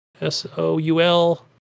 S-O-U-L